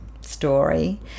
story